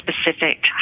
specific